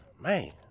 man